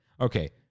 Okay